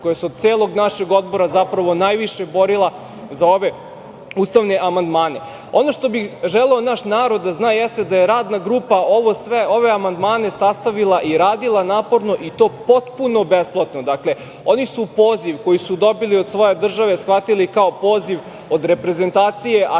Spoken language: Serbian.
koja se od celog našeg Odbora najviše borila za ove ustavne amandmane. Ono što bi želeo naš narod da zna, jeste da je radna grupa ovo amandmane sastavila i radila naporno i to potpuno besplatno. Dakle, oni su poziv koji su dobili od svoje države shvatili kao poziv od reprezentacije, a kada te